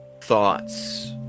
thoughts